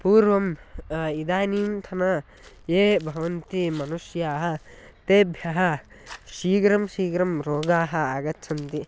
पूर्वम् इदानींतनाः ये भवन्ति मनुष्याः तेभ्यः शीघ्रं शीघ्रं रोगाः आगच्छन्ति